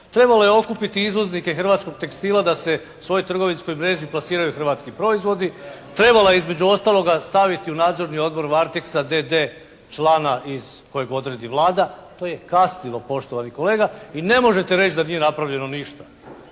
trebalo je okupiti izvoznike hrvatskog tekstila da u svojoj trgovinskoj …/Govornik se ne razumije./… plasiraju hrvatski proizvodi, trebalo je između ostaloga staviti u Nadzorni odbor "Varteksa" d.d. člana iz kojeg odredi Vlada. To je kasnilo poštovani kolega. I ne možete reći da nije napravljeno ništa.